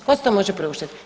Tko si to može priuštiti?